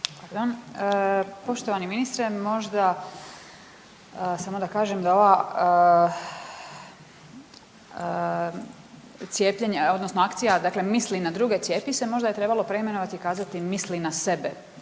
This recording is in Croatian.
Poštovani ministre možda samo da kažem da ova cijepljenja odnosno akcija dakle „Misli na druge cijepi se“ možda je trebalo preimenovati i kazati „misli na sebe